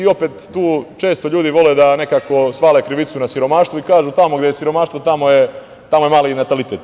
Opet tu često ljudi vole da nekako svale krivicu na siromaštvo i kažu – tamo gde je siromaštvo tamo je mali i natalitet.